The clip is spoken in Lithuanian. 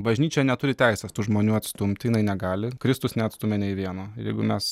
bažnyčia neturi teisės tų žmonių atstumti jinai negali kristus neatstūmė nei vieno jeigu mes